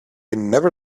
never